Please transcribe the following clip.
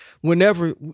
whenever